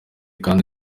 kandi